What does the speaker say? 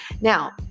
Now